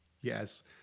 Yes